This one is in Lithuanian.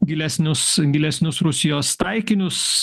gilesnius gilesnius rusijos taikinius